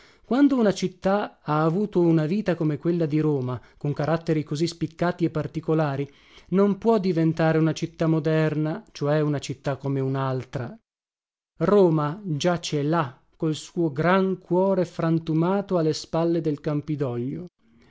quando una città ha avuto una vita come quella di roma con caratteri così spiccati e particolari non può diventare una città moderna cioè una città come unaltra roma giace là col suo gran cuore frantumato a le spalle del campidoglio